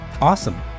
Awesome